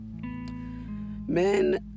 Men